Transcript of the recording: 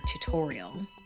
tutorial